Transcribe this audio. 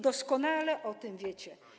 Doskonale o tym wiecie.